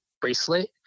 bracelet